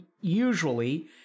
usually